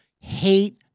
hate